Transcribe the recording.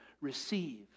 Receive